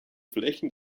flächen